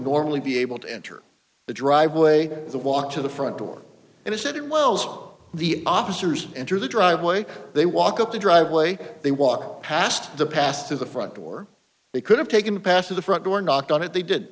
normally be able to enter the driveway to walk to the front door and he said it wells the officers enter the driveway they walk up the driveway they walk past the past to the front door they could have taken past the front door knocked on it they did